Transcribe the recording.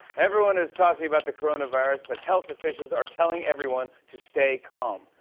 everyone is talking about the coronavirus, but health officials are telling everyone to stay calm.